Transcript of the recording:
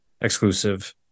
exclusive